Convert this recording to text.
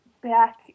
back